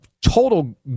total